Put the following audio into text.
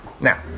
now